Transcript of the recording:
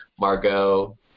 Margot